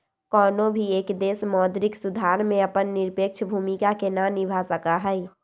कौनो भी एक देश मौद्रिक सुधार में अपन निरपेक्ष भूमिका के ना निभा सका हई